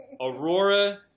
aurora